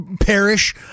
perish